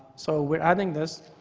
so we're adding this.